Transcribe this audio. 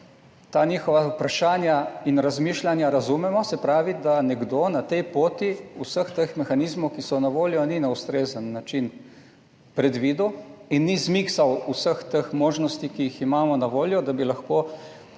ta njihova vprašanja in razmišljanja razumemo, se pravi, da nekdo na tej poti vseh teh mehanizmov, ki so na voljo, ni na ustrezen način predvidel in ni zmiksal vseh teh možnosti, ki jih imamo na voljo, da bi lahko